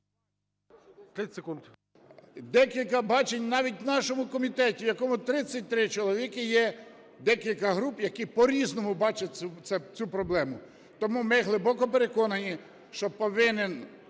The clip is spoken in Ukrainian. …декілька бачень. Навіть у нашому комітеті, в якому 33 чоловіки, є декілька груп, які по-різному бачать цю проблему. Тому ми глибоко переконані, що повинен